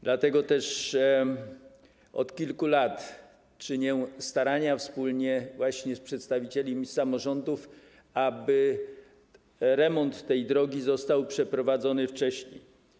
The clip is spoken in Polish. Dlatego też od kilku lat czynię starania, wspólnie z przedstawicielami samorządów, aby remont tej drogi został przeprowadzony wcześniej.